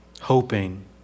hoping